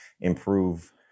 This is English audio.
improve